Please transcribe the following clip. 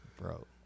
Bro